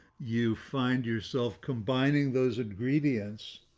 you find yourself combining those ingredients